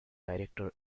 director